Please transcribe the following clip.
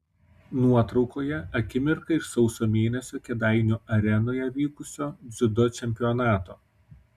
nuotraukoje akimirka iš sausio mėnesį kėdainių arenoje vykusio dziudo čempionato